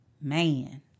man